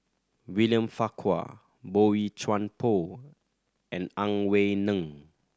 William Farquhar Boey Chuan Poh and Ang Wei Neng